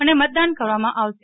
અને મતદાન કરવામાં આવશે